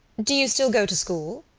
do you still go to school?